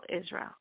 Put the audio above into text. Israel